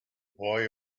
boy